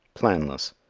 planless,